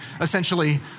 essentially